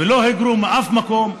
ולא היגרו מאף מקום.